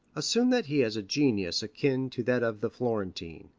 assume that he has a genius akin to that of the florentine.